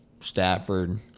Stafford